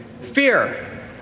Fear